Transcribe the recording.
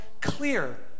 clear